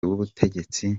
w’ubutegetsi